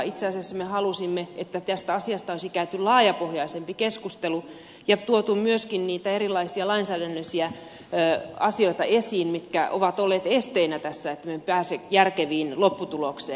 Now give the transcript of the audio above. itse asiassa me halusimme että tästä asiasta olisi käyty laajapohjaisempi keskustelu ja tuotu myöskin niitä erilaisia lainsäädännöllisiä asioita esiin mitkä ovat olleet esteenä tässä että emme pääse järkevään lopputulokseen